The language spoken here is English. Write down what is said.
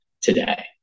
today